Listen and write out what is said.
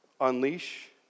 Unleash